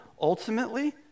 ultimately